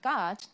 God